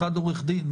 אחד עורך דין,